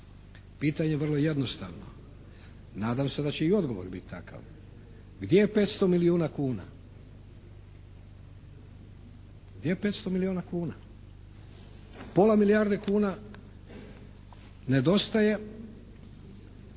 Pitanje je vrlo jednostavno. Nadam se da će i odgovor biti takav. Gdje je 500 milijuna kuna? Pola milijarde kuna nedostaje